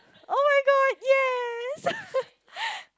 oh my god yes